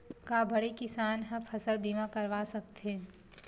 का बड़े किसान ह फसल बीमा करवा सकथे?